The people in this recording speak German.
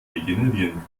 regenerieren